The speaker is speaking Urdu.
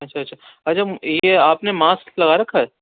اچھا اچھا اچھا یہ آپ نے ماسک لگا رکھا ہے